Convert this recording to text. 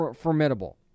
formidable